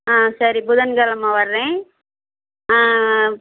ஆ சரி புதன்கெழமை வர்றேன்